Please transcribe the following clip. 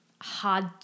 hard